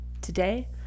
today